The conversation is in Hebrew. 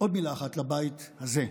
לומר עוד מילה אחת לבית הזה: